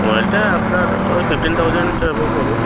মোবাইলটা আপনার ওই ফিফটিন থাউসেন্ড অ্যাবভ হবে